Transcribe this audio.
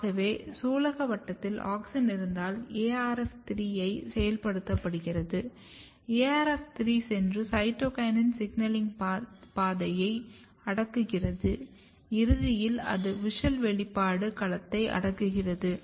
ஆகவே சூலகவட்டத்தில் ஆக்ஸின் இருந்தால் ARF3 ஐ செயல்படுத்துகிறது ARF3 சென்று சைட்டோகினின் சிக்னலிங் பாதையை அடக்குகிறது இறுதியில் அது WUSCHEL வெளிப்பாடு களத்தை அடக்குகிறது